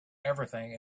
everything